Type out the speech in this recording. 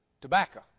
tobacco